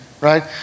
right